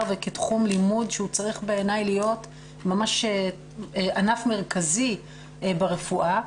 וכתחום לימוד שצריך בעיני להיות ממש ענף מרכזי ברפואה,